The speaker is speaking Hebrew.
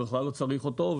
ובכלל לא צריך אותו,